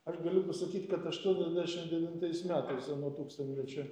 aš galiu pasakyt kad aštuoniasdešimt devintais metais jau nuo tūkstanmečio